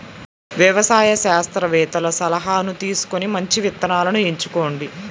వ్యవసాయ శాస్త్రవేత్తల సలాహాను తీసుకొని మంచి విత్తనాలను ఎంచుకోండి